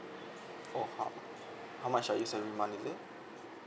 oh how how much I use every month is it